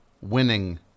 winning